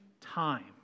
time